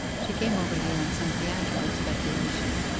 she came over here on some theatrical speculation,